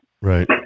Right